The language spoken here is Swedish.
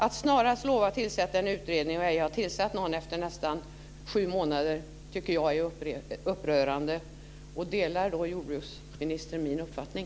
Att man lovat att snarast tillsätta en utredning och inte har tillsatt någon efter nästan sju månader tycker jag är upprörande. Delar jordbruksministern min uppfattning?